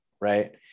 right